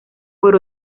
por